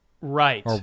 Right